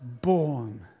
born